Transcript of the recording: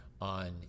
on